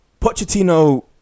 Pochettino